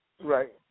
Right